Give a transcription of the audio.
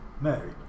Mary